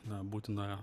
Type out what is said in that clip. na būtina